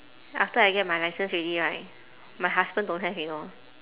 after I get my licence already right my husband don't have you know